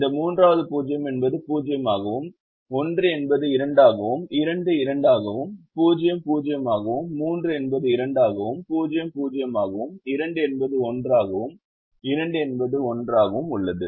இந்த மூன்றாவது 0 என்பது 0 ஆகவும் 1 என்பது 2 ஆகவும் 2 2 ஆகவும் 0 0 ஆகவும் 3 என்பது 2 ஆகவும் 0 0 ஆகவும் 2 என்பது 1 ஆகவும் 2 என்பது 1 ஆகவும் உள்ளது